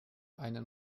einen